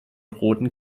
roten